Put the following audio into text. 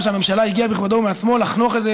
ראש הממשלה הגיע בכבודו ובעצמו לחנוך איזה